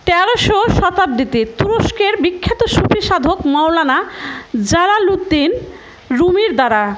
তেরোশো শতাব্দীতে তুরস্কের বিখ্যাত সুফী সাধক মওলানা জালালুদ্দিন রুমির দ্বারা